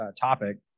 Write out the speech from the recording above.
topic